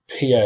PA